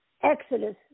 Exodus